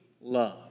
love